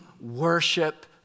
worship